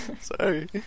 sorry